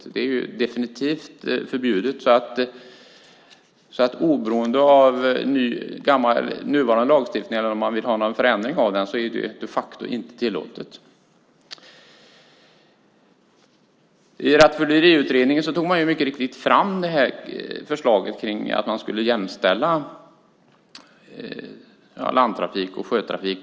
Snarare är det definitivt förbjudet, så oberoende av nuvarande lagstiftning eller om man vill ha en förändring av denna är det inte tillåtet. Rattfylleriutredningen tog mycket riktigt fram ett förslag om att jämställa landtrafik och sjötrafik.